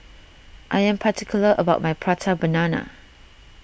I am particular about my Prata Banana